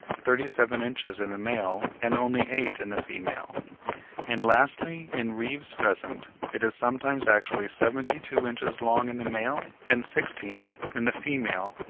thirty-seven inches in the male and only eight in the female and lastly in reeve's pheasant it is sometimes actually seventy-two inches long in the male and sixteen in the female.